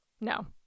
No